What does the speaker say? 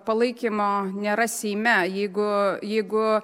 palaikymo nėra seime jeigu jeigu